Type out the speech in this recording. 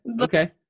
okay